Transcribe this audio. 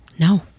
No